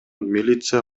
милиция